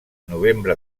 novembre